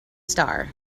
star